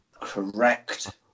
correct